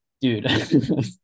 dude